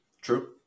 true